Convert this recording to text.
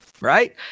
right